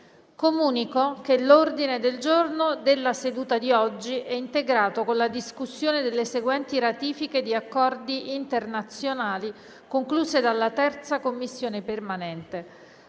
Comunico che l'ordine del giorno della seduta di oggi è integrato con la discussione delle seguenti ratifiche di accordi internazionali, concluse dalla 3ª Commissione permanente: